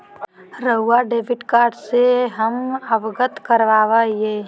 रहुआ debit card से हमें अवगत करवाआई?